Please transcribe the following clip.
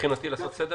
סדר